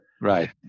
Right